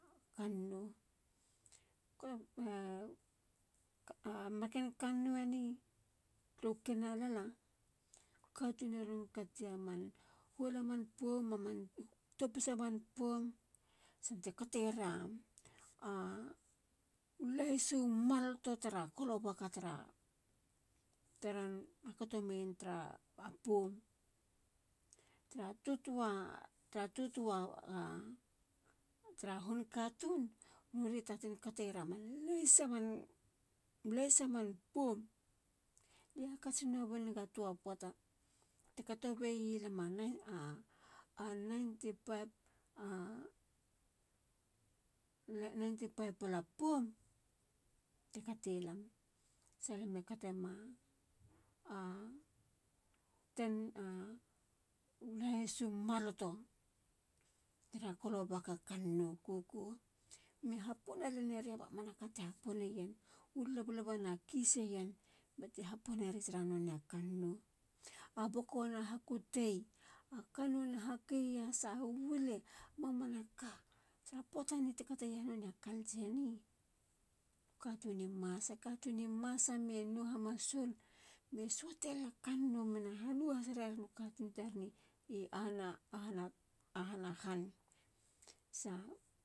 A kannou. a marken kanou eni turu kinalala. katun e ron kateya man huol a man poum. a man topisa man poum. sante kateyerau lahisumaloto tara kolobaka tara. teron hakato meyen tara poum tara tutua. tara tutua tara hunkatun. norie taten kateyera man lahisa. man lahisa man poum. Lie hakats nua bunega toa poata ti kato beyi lama 95pla. 95pla poum tikatilam. salame katemau lahis u maloto tara kolobaka kannou koko. me haponaleneriya mamanaka ti haponeyen. u lablaba na kisen bate haponeria tara nonei a kannou. a boko na hakutei. a kannoune hakeye yasa. a wile. mamanaka. tara poata nne ti kateya nonei a cultureni. Katun ni masa. katun i masa me yi no hamasul. me suatelila kannou mena hano has rarenu katun tareni. i ahana han.